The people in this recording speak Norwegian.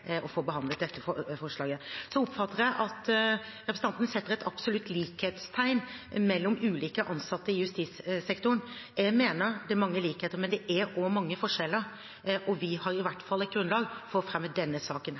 få behandlet dette forslaget. Så oppfatter jeg at representanten setter et absolutt likhetstegn mellom ulike ansatte i justissektoren. Jeg mener det er mange likheter, men det er også mange forskjeller. Vi har i hvert fall et grunnlag for å fremme denne saken